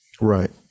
Right